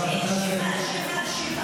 תתביישי לך.